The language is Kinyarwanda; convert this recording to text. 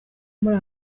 muri